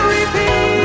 Repeat